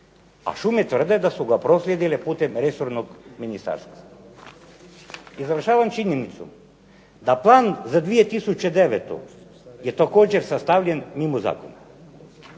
A šume tvrde da su ga proslijedile putem resornog ministarstva. I završavam činjenicom da plan za 2009. je također sastavljen mimo zakona.